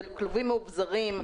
אלה כלובים מאובזרים.